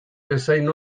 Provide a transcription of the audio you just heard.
bezain